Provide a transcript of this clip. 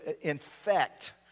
infect